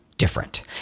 different